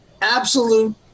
absolute